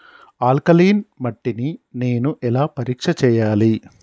Alkaline మట్టి ని నేను ఎలా పరీక్ష చేయాలి?